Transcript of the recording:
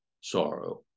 sorrow